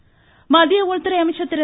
ராஜ்நாத் சிங் மத்திய உள்துறை அமைச்சர் திரு